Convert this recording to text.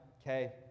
okay